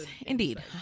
indeed